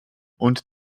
und